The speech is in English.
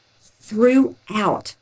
throughout